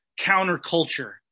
counterculture